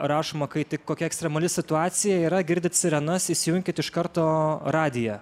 rašoma kai tik kokia ekstremali situacija yra girdit sirenas įsijunkit iš karto radiją